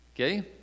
okay